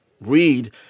read